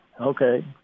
Okay